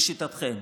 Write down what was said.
לשיטתכם?